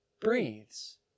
breathes